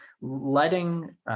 letting